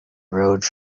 rode